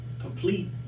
complete